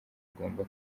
agomba